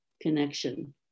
connection